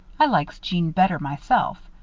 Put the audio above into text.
i likes jeanne better myself.